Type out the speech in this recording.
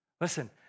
Listen